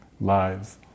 lives